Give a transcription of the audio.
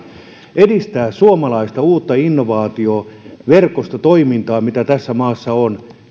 edistää suomalaista uutta innovaatioverkostotoimintaa mitä tässä maassa on